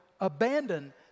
abandon